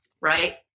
right